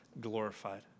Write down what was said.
glorified